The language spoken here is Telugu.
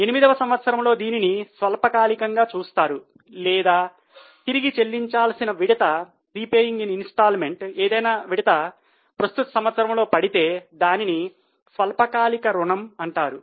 ఎనిమిది సంవత్సరములో దీనిని స్వల్పకాలికగా చూపిస్తారు లేదా తిరిగి చెల్లించాల్సిన విడత ప్రస్తుత సంవత్సరంలో పడితే దానిని స్వల్పకాలిక రుణము అంటారు